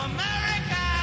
America